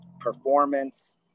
Performance